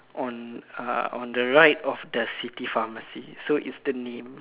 on uh on the right of the city pharmacy so it's the name